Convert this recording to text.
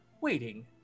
waiting